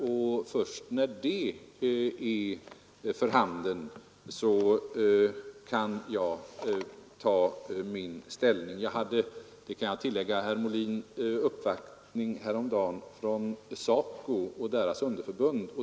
Jag kan tillägga, herr Molin, att jag häromdagen hade uppvaktning från SACO och dess underförbund.